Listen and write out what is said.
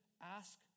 ask